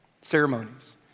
ceremonies